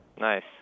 Nice